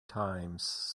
times